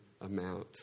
amount